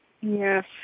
Yes